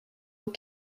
aux